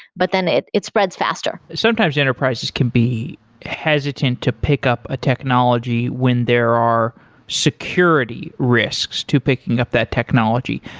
but then it it spreads faster. sometimes enterprises can be hesitant to pick up a technology when there are security risks to picking up that technology.